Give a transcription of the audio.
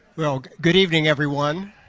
well, good evening, everyone.